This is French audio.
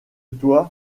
toit